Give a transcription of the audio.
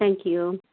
thank you